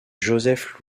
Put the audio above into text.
joseph